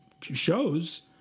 shows